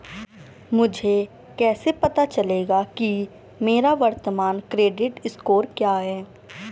मुझे कैसे पता चलेगा कि मेरा वर्तमान क्रेडिट स्कोर क्या है?